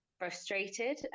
frustrated